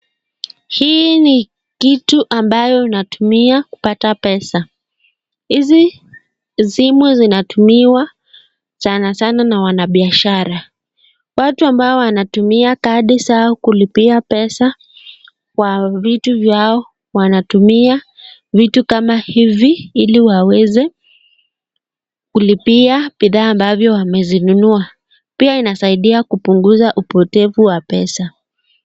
Hii ni kitu ambayo unatumia kupata pesa hizi simu zinatumiwa sana sana na wanabiashara. Watu ambao wanatumia kadi zao kulipia pesa kwa vitu vyao wanatumia vitu kama hivi ili waweze kulipia bidhaa ambavyo wamezinunua pia inasaidia kupunguza upotevu wa pesa.